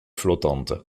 flottante